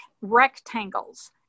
rectangles